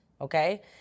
okay